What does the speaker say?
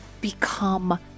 become